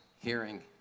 hearing